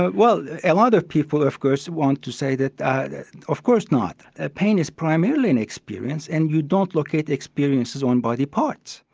but well a lot of people of course want to say of course not, a pain is primarily an experience and you don't locate experiences on body parts.